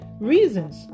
reasons